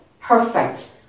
perfect